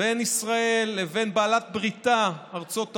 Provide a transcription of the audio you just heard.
בין ישראל לבין בעלת בריתה ארצות הברית,